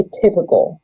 typical